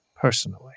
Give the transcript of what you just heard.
personally